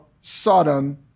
Sodom